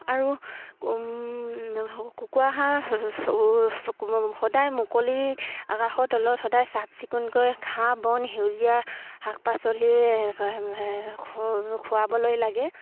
আৰু কুকুৰা হাঁহ সদায় মুকলি আকাশৰ তলত সদায় চাফ চিকুণকৈ ঘাঁহ বন সেউজীয়া শাক পাচলি খুৱাবলৈ লাগে